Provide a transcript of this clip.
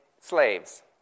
slaves